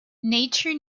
nature